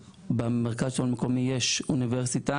במרכז השלטון המקומי יש אוניברסיטה